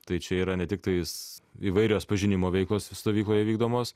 tai čia yra ne tiktais įvairios pažinimo veiklos stovykloje vykdomos